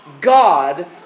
God